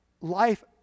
life